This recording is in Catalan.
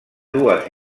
dues